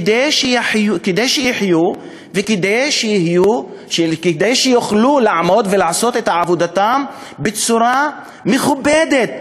כדי שיחיו וכדי שיוכלו לעמוד ולעשות את עבודתן בצורה מכובדת.